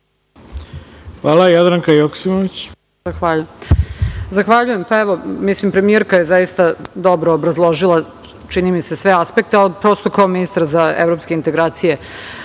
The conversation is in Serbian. ima Jadranka Joksimović.